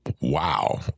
wow